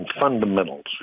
fundamentals